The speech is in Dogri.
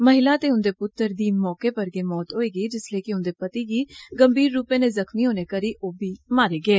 महिला ते उन्दे पुतर दी मौके पर गै मौत होई गेई जिस्सलै कि उन्दे पति गी गंभीर रुप ने जख़्मी होने करी ओ बी मारे गे